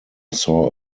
saw